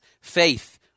faith